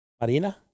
Marina